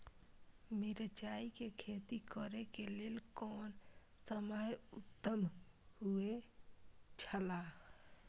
मिरचाई के खेती करे के लेल कोन समय उत्तम हुए छला?